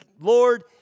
Lord